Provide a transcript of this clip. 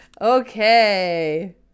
Okay